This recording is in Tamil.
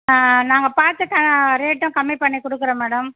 நாங்கள் பார்த்து ரேட்டும் கம்மி பண்ணி கொடுக்குறோம் மேடம்